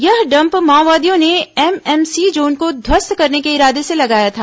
यह डम्प माओवादियों ने एमएमसी जोन को ध्वस्त करने के इरादे से लगाया था